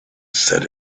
said